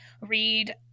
read